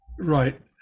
Right